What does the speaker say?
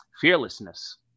Fearlessness